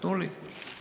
תנו לי.